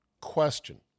Question